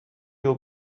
will